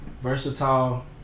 versatile